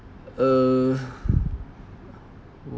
err